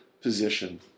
position